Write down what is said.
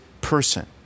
person